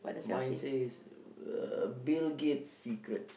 mine says uh Bill-Gate's secrets